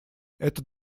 этот